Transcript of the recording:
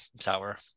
sour